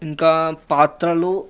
ఇంకా పాత్రలు